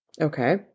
Okay